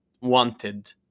wanted